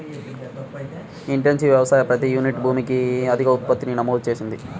intensive వ్యవసాయం ప్రతి unit భూమికి అధిక ఉత్పత్తిని నమోదు చేసింది